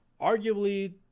arguably